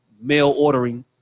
mail-ordering